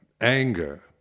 anger